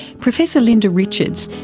professor linda richards,